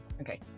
Okay